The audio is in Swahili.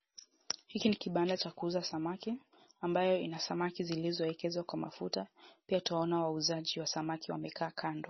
Hiki ni kibanda cha kuuza samaki ambayo ina samaki zilizowekezwa kwa mafuta . Pia tuwaona wauzaji wa samaki wamekaa kando.